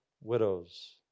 widows